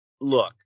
look